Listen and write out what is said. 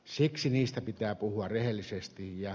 siksi niistä pitää puhua rehellisesti ja